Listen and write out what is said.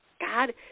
god